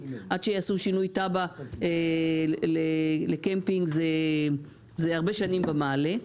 כי עד שיעשו שינוי תב"ע לקמפינג זה הרבה שנים במעלה.